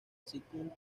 second